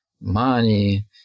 money